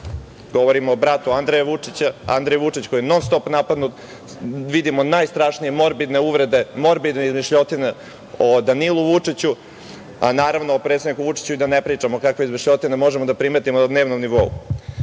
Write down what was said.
Govorim o bratu Andreju Vučiću, koji je non-stop napadnut, vidimo najstrašnije morbidne uvrede, morbidne izmišljotine o Danilu Vučiću, a o predsedniku Vučiću i da ne pričamo, kakve izmišljotine možemo da primetimo na dnevnom nivou. To